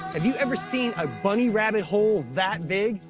have you ever seen a bunny rabbit hole that big?